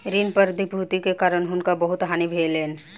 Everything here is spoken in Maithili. ऋण प्रतिभूति के कारण हुनका बहुत हानि भेलैन